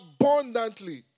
abundantly